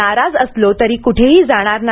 नाराज असलो तरी कुठेही जाणार नाही